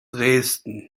dresden